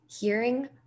hearing